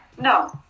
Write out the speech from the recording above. No